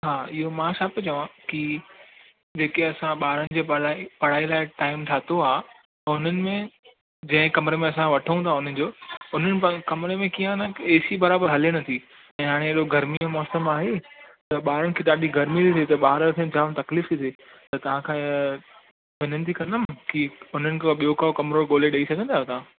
हा इहो मां छा पियो चवां की जेके असां ॿारनि जे पढ़ाई पढ़ाई लाइ टाइम ठातो आहे हुननि में जंहिं कमिरे में असां वठूं था उन जो हुननि कमिरे में कीअं आहे न ए सी बराबरि हले नथी ऐं हाणे हेॾो गर्मी जो मौसमु आहे त ॿारनि खे ॾाढी गर्मी थी थिए त ॿार खे जाम तकलीफ़ थी थिए त तव्हां खां वेनती कंदुमि की हुननि को ॿियो काओ ॻोल्हे ॾेई सघंदा आहियो तव्हां